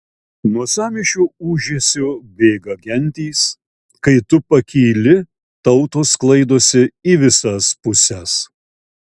nuo sąmyšio ūžesio bėga gentys kai tu pakyli tautos sklaidosi į visas puses